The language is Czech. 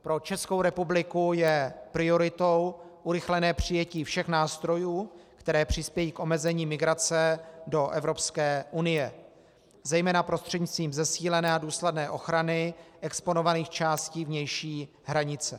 Pro Českou republiku je prioritou urychlené přijetí všech nástrojů, které přispějí k omezení migrace do Evropské unie zejména prostřednictvím zesílené a důsledné ochrany exponovaných částí vnější hranice.